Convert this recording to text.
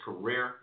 career